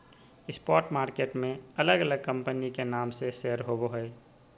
stock market में अलग अलग कंपनी के नाम से शेयर होबो हइ